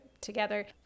together